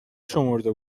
شمرده